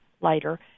later